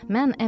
Men